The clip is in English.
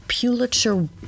Pulitzer